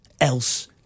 else